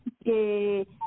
que